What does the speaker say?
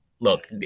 Look